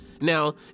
now